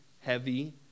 heavy